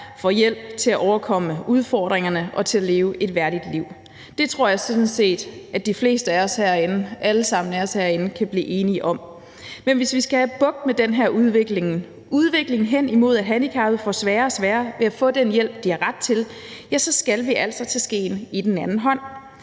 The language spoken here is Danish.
får hjælp til at overkomme udfordringerne og til at leve et værdigt liv. Det tror jeg sådan set at vi alle sammen herinde kan blive enige om. Men hvis vi skal have bugt med den her udvikling hen imod, at handicappede får sværere og sværere ved at få den hjælp, de har ret til, så skal vi altså tage skeen i den anden hånd.